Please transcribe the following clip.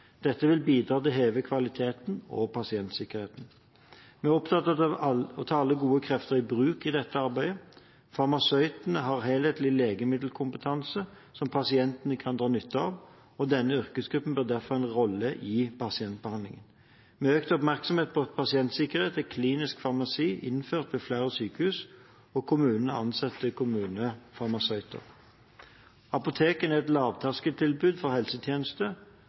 Dette vil bidra til å heve kvaliteten og pasientsikkerheten. Vi er opptatt av å ta alle gode krefter i bruk i dette arbeidet. Farmasøytene har helhetlig legemiddelkompetanse som pasientene kan dra nytte av, og denne yrkesgruppen bør derfor ha en rolle i pasientbehandlingen. Med økt oppmerksomhet på pasientsikkerhet er klinisk farmasi innført ved flere sykehus, og kommunene ansetter kommunefarmasøyter. Apotekene er et lavterskeltilbud for helsetjenester,